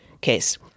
case